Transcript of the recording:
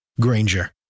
Granger